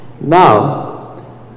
Now